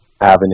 avenue